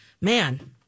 man